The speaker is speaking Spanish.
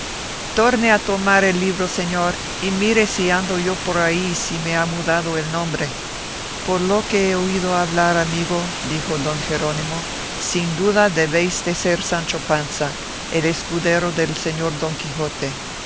torne a tomar el libro señor y mire si ando yo por ahí y si me ha mudado el nombre por lo que he oído hablar amigo dijo don jerónimo sin duda debéis de ser sancho panza el escudero del señor don quijote